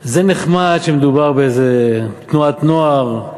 זה נחמד כשמדובר באיזה תנועת נוער,